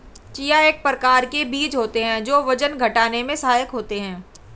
chia एक प्रकार के बीज होते हैं जो वजन घटाने में सहायक होते हैं